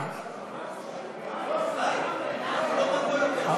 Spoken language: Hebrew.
הצבעה במועד אחר.